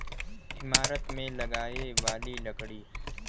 ईमारत मे लगाए वाली लकड़ी